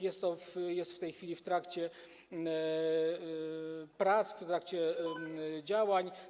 Jest to w tej chwili w trakcie prac, w trakcie działań.